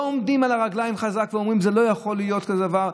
לא עומדים על הרגליים חזק ואומרים: לא יכול להיות כזה דבר.